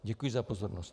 Děkuji za pozornost.